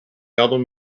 album